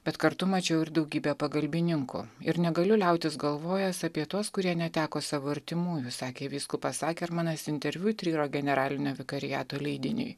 bet kartu mačiau ir daugybę pagalbininkų ir negaliu liautis galvojęs apie tuos kurie neteko savo artimųjų sakė vyskupas akermanas interviu tryro generalinio vikariato leidiniui